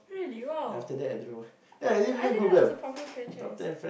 really !wow! I I didn't know it was popular franchise